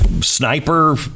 sniper